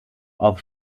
auf